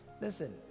Listen